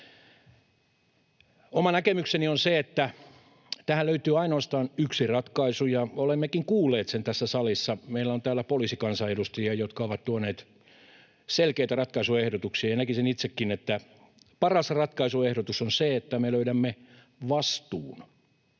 Oma näkemykseni on se, että tähän löytyy ainoastaan yksi ratkaisu, ja olemmekin kuulleet sen tässä salissa. Meillä on täällä poliisikansanedustajia, jotka ovat tuoneet selkeitä ratkaisuehdotuksia, ja näkisin itsekin, että paras ratkaisuehdotus on se, että me löydämme vastuun.